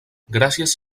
gràcies